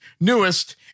newest